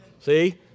See